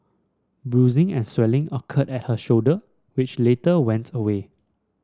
bruising and swelling occurred at her shoulder which later went away